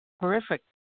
horrific